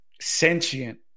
Sentient